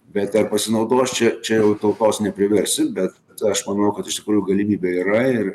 bet ar pasinaudos čia čia jau tautos nepriversi bet aš manau kad iš tikrųjų galimybė yra ir